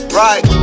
right